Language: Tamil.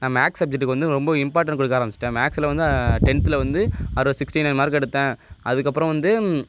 நான் மேக்ஸ் சப்ஜெக்ட்டுக்கு வந்து ரொம்ப இம்பார்ட்டண்ட் கொடுக்க ஆரமிஷ்ட்டேன் மேக்ஸில் வந்து டென்த்தில் வந்து அரோ சிக்ட்டி நைன் மார்க் எடுத்தேன் அதுக்கப்புறோம் வந்து